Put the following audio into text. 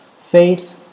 Faith